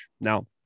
Now